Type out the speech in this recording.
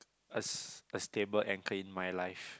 a s~ a stable anchor in my life